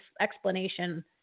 explanation